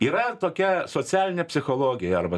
yra tokia socialinė psichologija arba